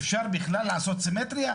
אפשר בכלל לעשות סימטריה?